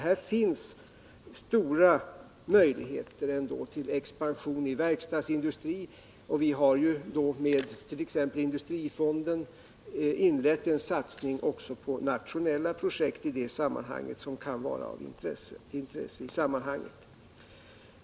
Här finns ändå stora möjligheter till expansion i verkstadsindustrin. Vi har t.ex. med industrifonden inlett en satsning också på nationella projekt som kan vara av intresse i sammanhanget.